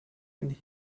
and